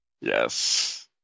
Yes